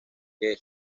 que